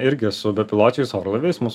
irgi su bepiločiais orlaiviais mus